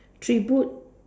three boot